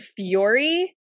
fury